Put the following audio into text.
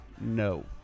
no